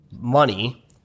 money